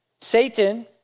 Satan